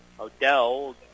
Odell